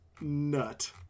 nut